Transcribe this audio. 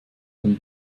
dem